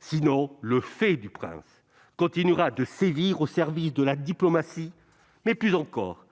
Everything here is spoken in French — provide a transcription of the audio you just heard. cela, le fait du prince continuera de sévir au service de la diplomatie, mais plus encore